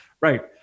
right